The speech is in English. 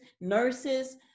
nurses